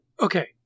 Okay